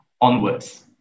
onwards